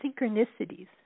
synchronicities